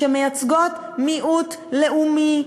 שמייצגות מיעוט לאומי,